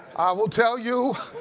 i will tell you,